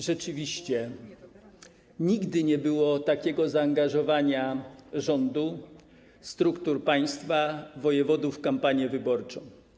Rzeczywiście nigdy nie było takiego zaangażowania rządu, struktur państwa, wojewodów w kampanię wyborczą.